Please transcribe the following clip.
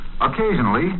Occasionally